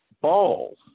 balls